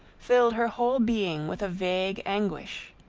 filled her whole being with a vague anguish.